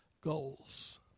goals